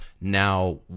now